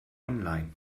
online